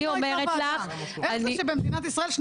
אומרת לך --- למה לא הייתה וועדה במשך שנתיים,